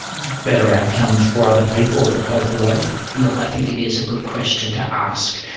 better outcomes for other people as opposed to rosie? look, i think it is a good question to ask.